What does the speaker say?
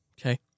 Okay